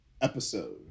episode